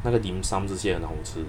那个 dim sum 这些很好吃